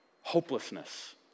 Hopelessness